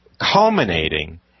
culminating